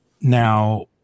now